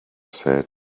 said